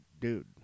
dude